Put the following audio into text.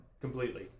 completely